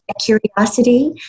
curiosity